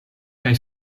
kaj